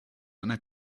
einer